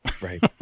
Right